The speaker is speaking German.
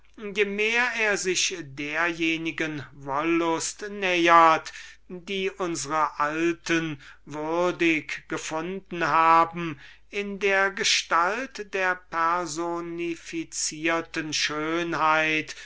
je mehr er sich derjenigen wollust nähert die unsre alten würdig gefunden haben in der gestalt der personifizierten schönheit